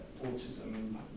Autism